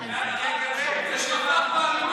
אלקין, אתה מוכן להסביר למר